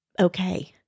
okay